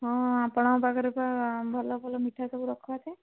ହଁ ଆପଣଙ୍କ ପାଖରେ ପା ଭଲ ଭଲ ମିଠା ସବୁ ରଖାଅଛି